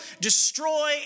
destroy